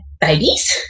Babies